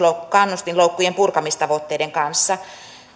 kannustinloukkujen purkamistavoitteiden kanssa